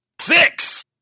Six